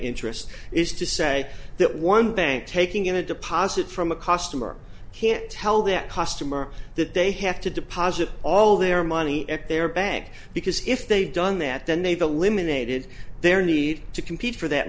interest is to say that one bank taking in a deposit from a customer can't tell that customer that they have to deposit all their money at their bank because if they've done that then they the limited their need to compete for that